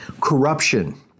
Corruption